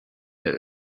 der